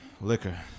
Liquor